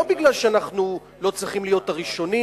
זה לא בגלל שאנחנו לא צריכים להיות הראשונים,